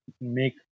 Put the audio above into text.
make